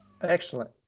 Excellent